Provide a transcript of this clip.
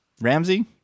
Ramsey